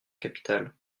capitale